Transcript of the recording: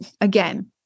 again